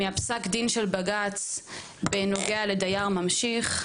מפסק הדין של בג"צ בנוגע לדייר ממשיך,